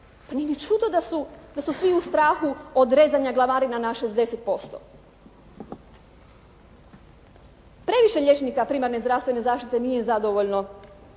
Nije ni čudo da su svi u strahu od rezanja glavarina na 60%. Previše liječnika primarne zdravstvene zaštite nije zadovoljno